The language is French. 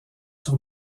sur